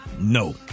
No